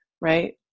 right